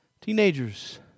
teenagers